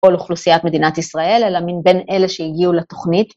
כל אוכלוסיית מדינת ישראל, אלא מבין אלה שהגיעו לתוכנית.